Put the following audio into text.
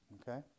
Okay